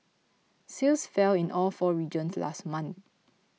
sales fell in all four regions last month